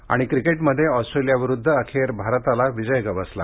आणि क्रिकेटमध्ये ऑस्ट्रेलियाविरुद्ध अखेर भारताला विजय गवसला